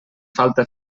falta